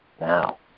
now